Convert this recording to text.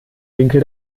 winkel